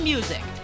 Music